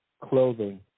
clothing